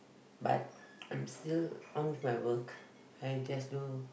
but I'm still on my work I just do